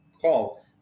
call